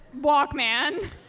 Walkman